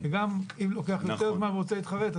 וגם אם לוקח יותר זמן להתחרט,